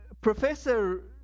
Professor